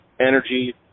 energy